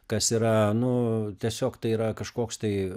kas yra nu tiesiog tai yra kažkoks tai